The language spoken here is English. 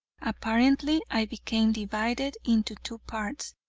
apparently i became divided into two parts,